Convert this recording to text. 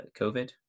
COVID